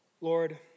Lord